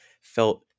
felt